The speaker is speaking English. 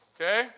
Okay